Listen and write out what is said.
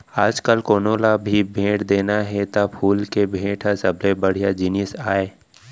आजकाल कोनों ल भी भेंट देना हे त फूल के भेंट ह सबले बड़िहा जिनिस आय